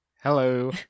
Hello